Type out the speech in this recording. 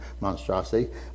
monstrosity